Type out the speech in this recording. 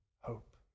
hope